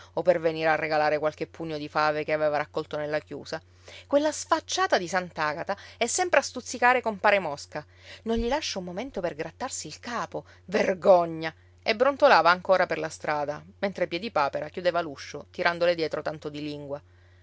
o per venire a regalare qualche pugno di fave che aveva raccolto nella chiusa quella sfacciata di sant'agata è sempre a stuzzicare compare mosca non gli lascia un momento per grattarsi il capo vergogna e brontolava ancora per la strada mentre piedipapera chiudeva l'uscio tirandole dietro tanto di lingua